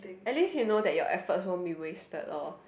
at least you know that your efforts won't be wasted loh